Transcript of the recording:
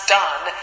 done